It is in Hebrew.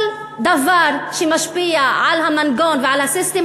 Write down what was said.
כל דבר שמשפיע על המנגנון ועל ה"סיסטם"